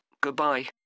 Goodbye